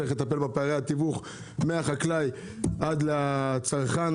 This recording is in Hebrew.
צריך לטפל בפערי התיווך מהחקלאי עד הצרכן,